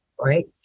right